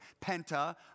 penta